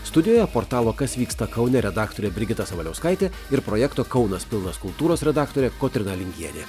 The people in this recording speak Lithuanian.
studijoje portalo kas vyksta kaune redaktorė brigita sabaliauskaitė ir projekto kaunas pilnas kultūros redaktorė kotryna lingienė